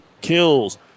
kills